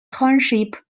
township